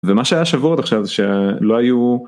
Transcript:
ומה שהיה שבועות עכשיו זה שלא היו.